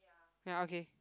ya okay